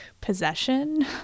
possession